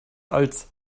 als